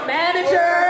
manager